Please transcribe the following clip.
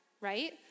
right